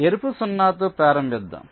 ఎరుపు 0 తో ప్రారంభిద్దాం